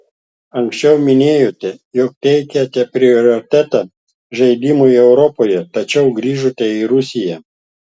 anksčiau minėjote jog teikiate prioritetą žaidimui europoje tačiau grįžote į rusiją